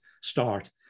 start